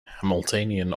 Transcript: hamiltonian